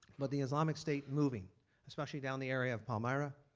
but the islamic state moving especially down the area of palmyra.